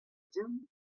din